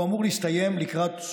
חשוב להזכיר עוד דבר אחד,